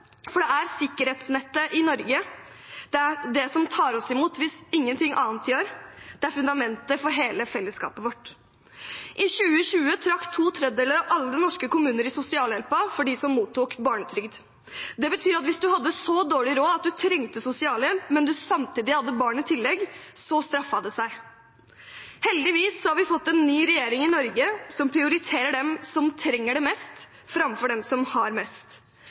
for det er sikkerhetsnettet i Norge. Det er det som tar imot oss hvis ingenting annet gjør det. Det er fundamentet for hele fellesskapet vårt. I 2020 trakk to tredjedeler av alle norske kommuner i sosialhjelpen for dem som mottok barnetrygd. Det betyr at hvis man hadde så dårlig råd at man trengte sosialhjelp, og man hadde barn i tillegg, straffet det seg. Heldigvis har vi fått en ny regjering i Norge, en regjering som prioriterer dem som trenger det mest, framfor dem som har mest.